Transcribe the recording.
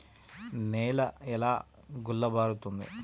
నేల ఎలా గుల్లబారుతుంది?